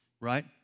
right